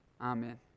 Amen